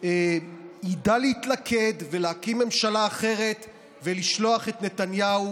וידע להתלכד ולהקים ממשלה אחרת ולשלוח את נתניהו